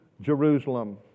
Jerusalem